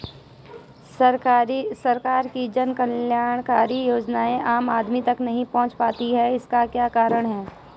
सरकार की जन कल्याणकारी योजनाएँ आम आदमी तक नहीं पहुंच पाती हैं इसका क्या कारण है?